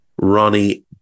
Ronnie